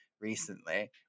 recently